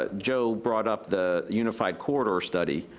ah joe brought up the unified corridor study.